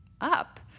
up